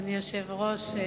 אדוני היושב ראש,